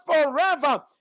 forever